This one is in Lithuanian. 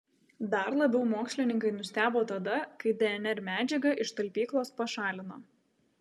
dar labiau mokslininkai nustebo tada kai dnr medžiagą iš talpyklos pašalino